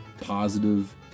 positive